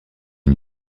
une